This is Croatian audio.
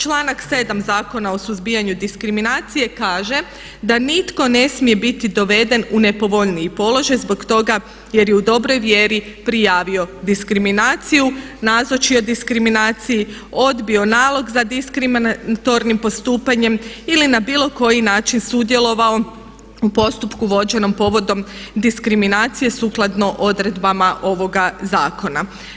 Članak 7. Zakona o suzbijanju diskriminacije kaže da nitko ne smije biti doveden u nepovoljniji položaj zbog toga jer je u dobroj vjeri prijavio diskriminaciju, nazočio diskriminaciji, odbio nalog za diskriminatornim postupanjem ili na bilo koji način sudjelovao u postupku vođenom povodom diskriminacije sukladno odredbama ovoga zakona.